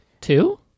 Two